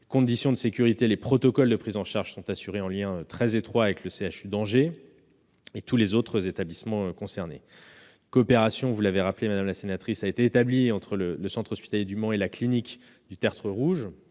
conditions de sécurité et les protocoles de prises en charge sont assurés en liaison très étroite avec le CHU d'Angers et tous les autres établissements concernés. Une coopération a été établie entre le centre hospitalier du Mans et la clinique du Tertre Rouge,